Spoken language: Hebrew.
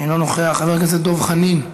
אינו נוכח, חבר הכנסת דב חנין,